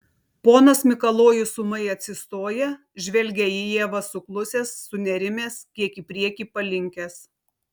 ponas mikalojus ūmai atsistoja žvelgia į ievą suklusęs sunerimęs kiek į priekį palinkęs